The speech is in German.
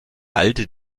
alte